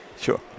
Sure